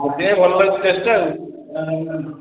ଲାଗୁଛି ଟେଷ୍ଟ୍ ଆଉ